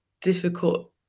difficult